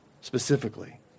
specifically